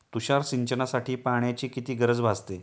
तुषार सिंचनासाठी पाण्याची किती गरज भासते?